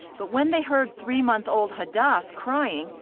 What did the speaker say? but when they heard three-month-old hadas crying,